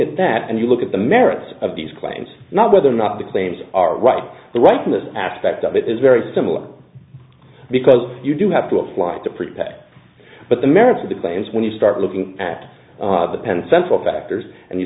at that and you look at the merits of these claims not whether or not the claims are right the rightness aspect of it is very similar because you do have to apply to protect but the merits of the claims when you start looking at the penn central factors and you